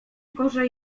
gorzej